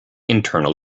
internal